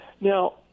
Now